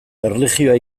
erlijioa